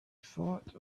thought